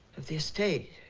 of the estate.